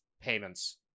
payments